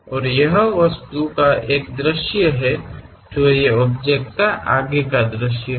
और यह उस वस्तु का एक दृश्य है जो ये ऑब्जेक्ट का आगेका दृश्य है